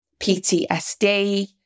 PTSD